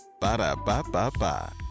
Ba-da-ba-ba-ba